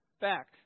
back